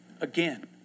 Again